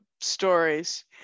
stories